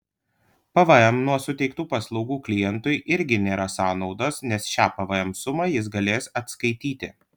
pvm nuo suteiktų paslaugų klientui irgi nėra sąnaudos nes šią pvm sumą jis galės atskaityti